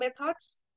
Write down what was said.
methods